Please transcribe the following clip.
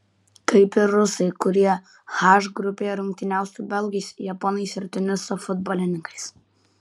kaip ir rusai kurie h grupėje rungtyniaus su belgais japonais ir tuniso futbolininkais